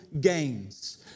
gains